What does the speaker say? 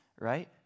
right